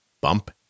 Bump